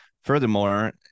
Furthermore